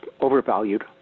overvalued